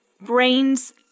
brain's